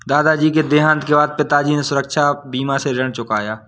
दादाजी के देहांत के बाद पिताजी ने सुरक्षा बीमा से ऋण चुकाया